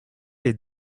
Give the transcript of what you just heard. les